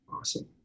Awesome